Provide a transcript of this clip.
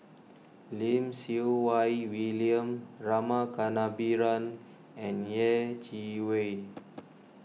Lim Siew Wai William Rama Kannabiran and Yeh Chi Wei